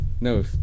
No